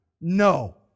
No